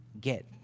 get